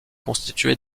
constituée